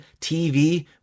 TV